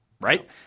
right